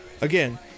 Again